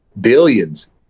billions